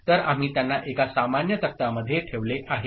तर आम्ही त्यांना एका सामान्य तक्तामध्ये ठेवले आहे